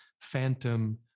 phantom